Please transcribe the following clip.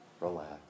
relax